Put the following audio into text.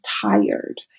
tired